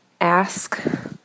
ask